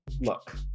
look